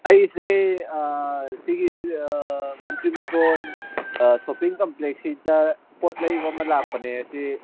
ꯑꯩꯁꯦ ꯁꯤꯒꯤ ꯃꯟꯇ꯭ꯔꯤ ꯃꯟꯗꯣꯜ ꯁꯣꯞꯄꯤꯡ ꯀꯝꯄ꯭ꯂꯦꯛꯁꯤꯗ ꯄꯣꯠ ꯂꯩꯕ ꯑꯃ ꯂꯥꯛꯄꯅꯦ ꯑꯁꯤ